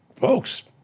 folks,